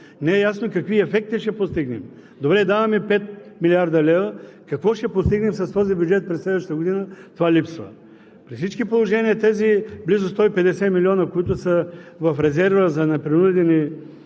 не е ясно какви ефекти ще постигнем. Добре, даваме 5 млрд. лв., какво ще постигнем с този бюджет през следващата година? Това липсва. При всички положения тези близо 150 милиона, които са в резерва за непринудени